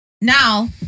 now